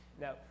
Now